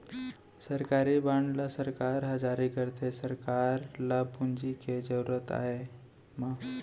सरकारी बांड ल सरकार ह जारी करथे सरकार ल पूंजी के जरुरत आय म